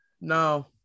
No